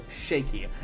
shaky